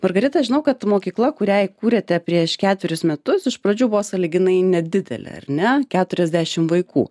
margarita žinau kad mokykla kurią įkūrėte prieš ketverius metus iš pradžių buvo sąlyginai nedidelė ar ne keturiasdešimt vaikų